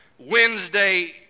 Wednesday